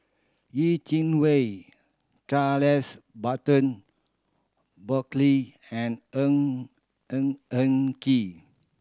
Yeh Chi Wei Charles Burton Buckley and Ng Eng Eng Kee